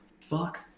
fuck